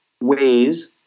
ways